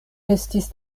estis